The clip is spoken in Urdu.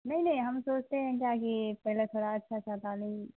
نہیں نہیں ہم سوچتے ہیں کیا کہ پہلے تھوڑا اچھا سا تعلیم